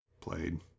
played